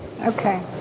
Okay